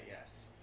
yes